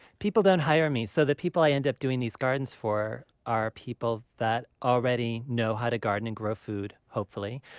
people don't hire me. so the people i end up doing these gardens for are people who already know how to garden and grow food, hopefully.